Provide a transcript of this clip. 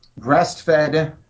breastfed